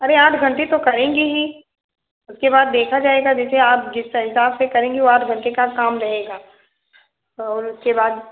अरे आठ घंटे तो करेंगे ही उसके बाद देखा जाएगा जैसे आप जिस हिसाब से करेंगे वो आठ घंटे का काम रहेगा और उसके बाद